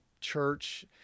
church